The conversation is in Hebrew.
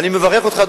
אני מברך אותך,